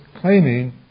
claiming